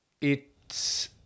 It's-